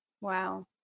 wow